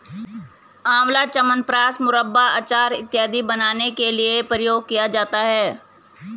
आंवला च्यवनप्राश, मुरब्बा, अचार इत्यादि बनाने के लिए प्रयोग किया जाता है